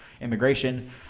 immigration